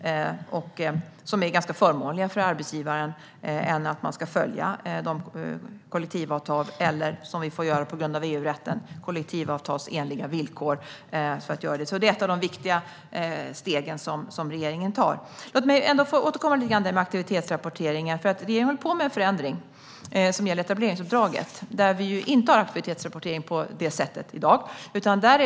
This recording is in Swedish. Dessa anställningsformer är ganska förmånliga för arbetsgivaren, och man ska följa kollektivavtal - eller kollektivavtalsenliga villkor som det i detta fall heter på grund av EU-rätten. Det här är ett av de viktiga steg som regeringen tar. Låt mig få återkomma lite grann till aktivitetsrapporteringen. Vi håller på med en förändring som gäller etableringsuppdraget, där vi ju inte har aktivitetsrapportering på det sättet i dag.